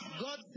God